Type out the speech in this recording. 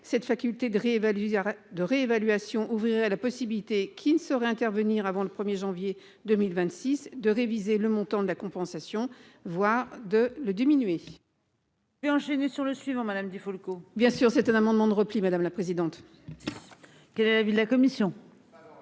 de réévaluer de réévaluation ouvrirait la possibilité qu'il ne saurait intervenir avant le 1er janvier 2026 de réviser le montant de la compensation, voire de le diminuer.--